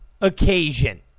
occasion